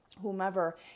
whomever